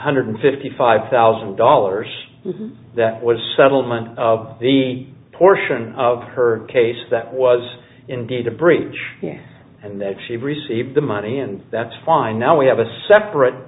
hundred fifty five thousand dollars that was settlement of the portion of her case that was indeed a bridge and that she received the money and that's fine now we have a separate